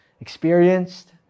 experienced